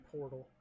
Portal